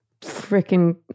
freaking